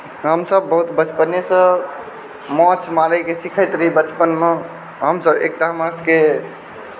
हमसभ बहुत बचपनेसँ माछ मारैके सिखैत रही बचपनमे हमसभ एकतऽ हमरा सभकेँ